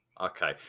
Okay